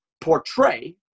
portray